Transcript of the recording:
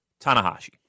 Tanahashi